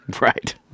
right